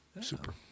Super